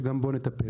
שגם בו נטפל.